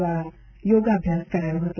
દ્વારા યોગાભ્યાસ કરાયો હતો